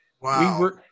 Wow